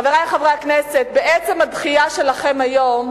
חברי חברי הכנסת, בעצם הדחייה שלכם היום